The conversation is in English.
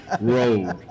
road